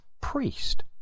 priest